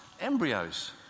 embryos